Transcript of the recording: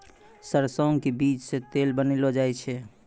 सरसों के बीज सॅ तेल बनैलो जाय छै